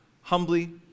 humbly